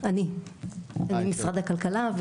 אני משרד הכלכלה,